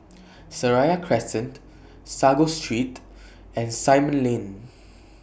Seraya Crescent Sago Street and Simon Lane